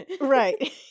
Right